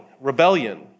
Rebellion